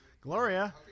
Gloria